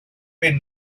been